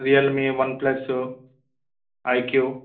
Realme one plus iq